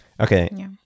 Okay